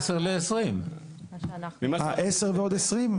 ועוד 20?